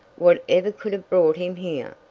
whatever could have brought him here?